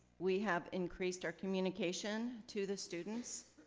we have increased our communication to the students.